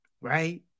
right